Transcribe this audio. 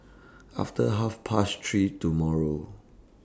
after Half Past three tomorrow